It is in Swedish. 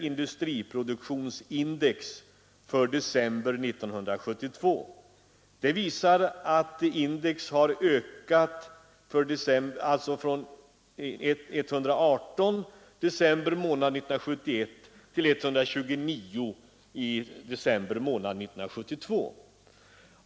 Industriproduktionsindex ökade från 118 i december 1971 till 129 i december 1972.